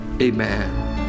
Amen